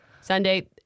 Sunday